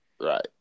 Right